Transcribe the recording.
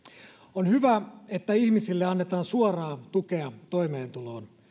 on hyvä että ihmisille annetaan suoraa tukea toimeentuloon